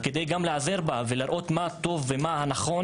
כדי להיעזר בה ולראות מה טוב ומה נכון